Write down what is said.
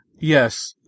yes